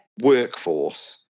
workforce